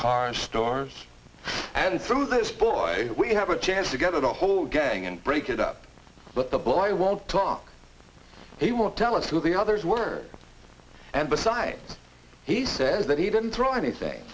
cars stores and from this boy we have a chance to get a whole gang and break it up but the boy i won't talk he won't tell us who the others were and besides he says that he didn't throw anything